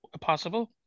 possible